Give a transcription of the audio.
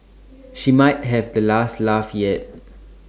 she might have the last laugh yet